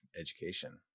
education